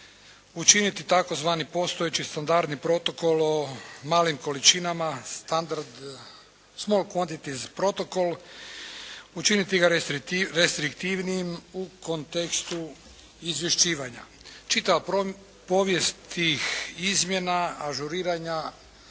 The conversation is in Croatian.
učiniti tzv. postojeći standardni protokol o malim količinama, … /Govornik govori engleski, ne razumije se./… učiniti ga restriktivnijim u kontekstu izvješćivanja. Čitava povijest tih izmjena, ažuriranja